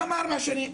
למה ארבע שנים?